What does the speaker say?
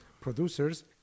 producers